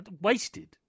Wasted